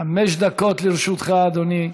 חמש דקות לרשותך, אדוני.